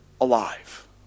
alive